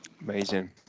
Amazing